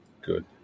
Good